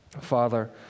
Father